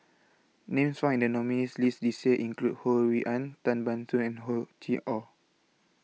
Names found in The nominees' list This Year include Ho Rui An Tan Ban Soon and Hor Chim Or